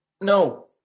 No